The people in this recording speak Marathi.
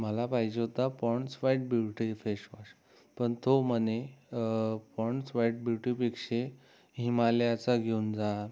मला पाहिजे होता Pond's white beauty face wash पण तो मला तो म्हणे पॉंन्डस वाईट ब्युटीपेक्षा हिमालयाचा घेऊन जा